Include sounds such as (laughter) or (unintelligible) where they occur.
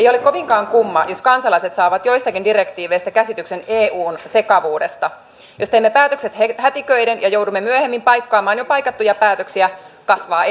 (unintelligible) ei ole kovinkaan kumma jos kansalaiset saavat joistakin direktiiveistä käsityksen eun sekavuudesta jos teemme päätökset hätiköiden ja joudumme myöhemmin paikkaamaan jo paikattuja päätöksiä kasvaa (unintelligible)